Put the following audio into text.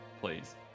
please